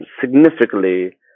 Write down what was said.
significantly